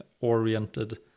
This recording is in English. oriented